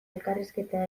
elkarrizketa